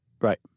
Right